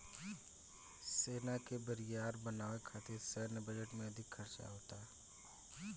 सेना के बरियार बनावे खातिर सैन्य बजट में अधिक खर्चा होता